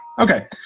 okay